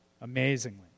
amazingly